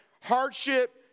hardship